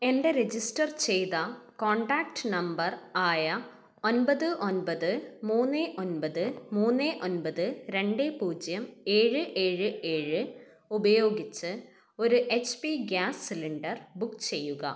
എൻ്റെ രജിസ്റ്റർ ചെയ്ത contact number ആയ ഒൻപത് ഒൻപത് മൂന്ന് ഒൻപത് മൂന്ന് ഒൻപത് രണ്ട് പൂജ്യം ഏഴ് ഏഴ് ഏഴ് ഉപയോഗിച്ച് ഒരു H P gas cylinder book ചെയ്യുക